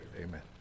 amen